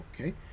Okay